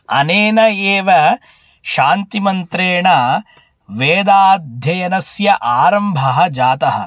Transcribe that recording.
अनेन एव शान्तिमन्त्रेण वेदाध्ययनस्य आरम्भः जातः